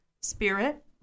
Spirit